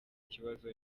kibazo